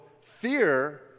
fear